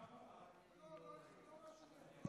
שלוש דקות לרשותך, אדוני.